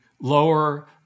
lower